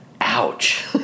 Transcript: Ouch